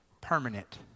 permanent